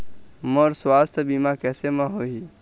मोर सुवास्थ बीमा कैसे म होही?